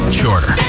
shorter